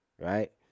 right